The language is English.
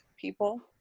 people